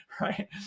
right